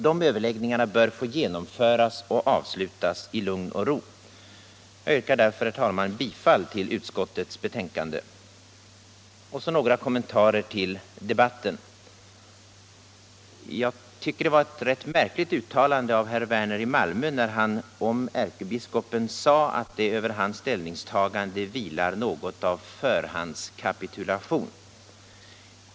De överläggningarna bör få genomföras och avslutas i lugn och ro. Jag yrkar därför, herr talman, bifall till utskottets hemställan. Så några kommentarer till debatten. Jag tycker att det var ett rätt märkligt uttalande av herr Werner i Malmö när han om ärkebiskopen sade att det över dennes ställningstagande vilar något av en förhandskapitulation.